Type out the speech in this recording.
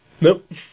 Nope